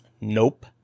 Nope